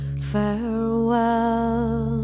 Farewell